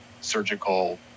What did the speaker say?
surgical